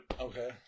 Okay